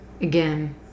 Again